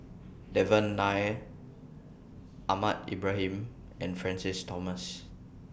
Devan Nair Ahmad Ibrahim and Francis Thomas